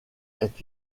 est